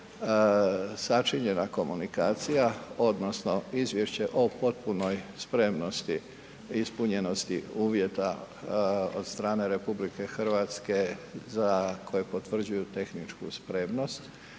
sačinjena komunikacija odnosno izvješće o potpunoj spremnosti ispunjenosti uvjeta od strane RH za koje potvrđuju tehničku spremnosti